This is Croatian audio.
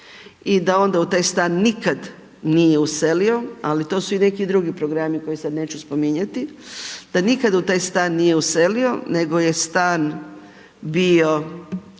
i da onda u taj stan nikad nije uselio, ali to su i neki drugi programi koje sad neću spominjati, da nikad u taj stan nije uselio, nego je stan bio